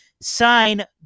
sign